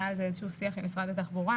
היה על זה איזשהו שיח עם משרד התחבורה.